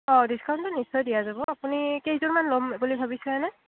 অঁ ডিছকাউণ্টটো নিশ্চয় দিয়া যাব আপুনি কেইযোৰমান ল'ম বুলি ভাবিছে এনেই